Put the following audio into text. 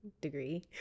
degree